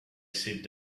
sit